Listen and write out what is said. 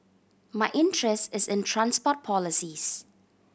my interest is in transport policies